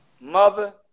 mother